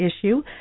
issue